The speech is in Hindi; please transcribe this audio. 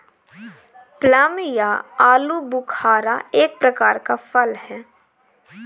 प्लम या आलूबुखारा एक प्रकार का फल है